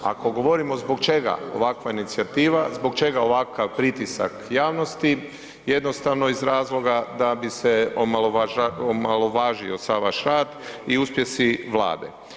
Ako govorimo zbog čega ovakva inicijativa, zbog čega ovakav pritisak javnosti, jednostavno iz razloga da bi se omalovažio sav vaš rad i uspjesi Vlade.